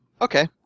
Okay